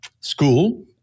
school